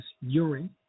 urine